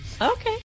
Okay